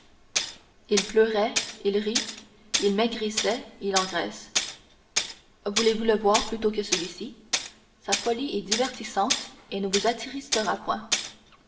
il pleurait il rit il maigrissait il engraisse voulez-vous le voir plutôt que celui-ci sa folie est divertissante et ne vous attristera point